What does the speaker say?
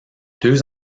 deux